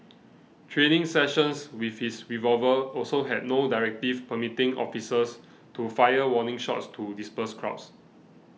training sessions with his revolver also had no directive permitting officers to fire warning shots to disperse crowds